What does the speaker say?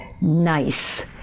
Nice